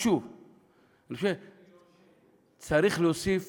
צריך להוסיף